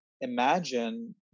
imagine